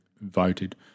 voted